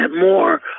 more